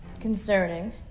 Concerning